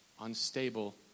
unstable